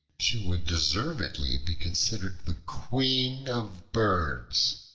she would deservedly be considered the queen of birds!